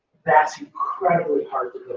that's incredibly hard to